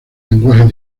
lenguajes